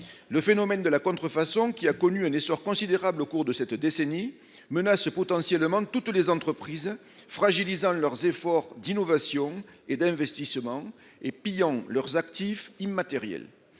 Le phénomène de la contrefaçon, qui a connu un essor considérable au cours de cette décennie, menace potentiellement toutes les entreprises, fragilisant leurs efforts d'innovation et d'investissement et pillant leurs actifs immatériels.